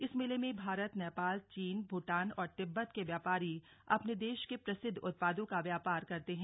इस मेले में भारत नेपाल चीन भूटान और तिब्बत के व्यापारी अपने देश के प्रसिद्व उत्पादों का व्यापार करते हैं